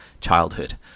childhood